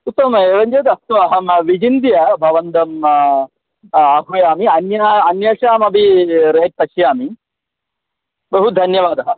उत्तमम् एवं चेद् अस्तु अहं विचिन्त्य भवन्तम् आह्वयामि अन्य अन्येषामपि रेट् पश्यामि बहु धन्यवादः